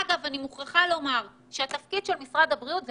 אני מוכרחה לומר שהתפקיד של משרד הבריאות זה